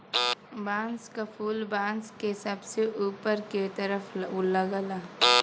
बांस क फुल बांस के सबसे ऊपर के तरफ लगला